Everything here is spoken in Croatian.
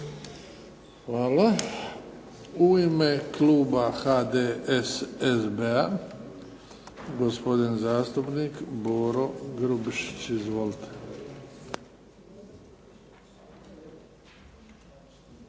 Hvala. U ime Kluba HDSSB-a gospodin zastupnik Boro Grubišić. Izvolite.